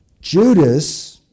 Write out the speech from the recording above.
Judas